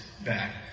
back